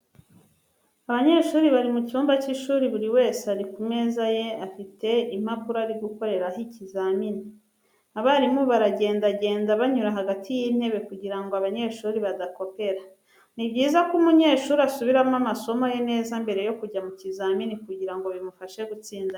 Abanyeshuri bari mu cyumba cy'ishuri buri wese ari ku meza ye afite impapuro ari gukoreraho ikizamini. Abarimu baragendagenda banyura hagati y'intebe kugira ngo abanyeshuri badakopera. Ni byiza ko umunyeshuri asubiramo amasomo ye neza mbere yo kujya mu kizamini kugira ngo bimufashe gutsinda neza.